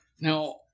Now